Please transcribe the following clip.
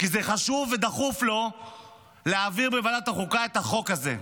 זה חשוב ודחוף לו להעביר בוועדת החוקה את החוק הזה,